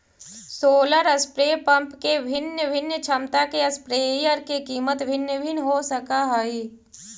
solar spray pump के भिन्न भिन्न क्षमता के स्प्रेयर के कीमत भिन्न भिन्न हो सकऽ हइ